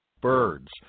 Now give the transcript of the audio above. birds